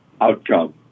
outcome